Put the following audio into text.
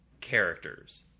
characters